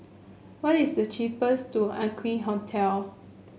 what is the cheapest to Aqueen Hotel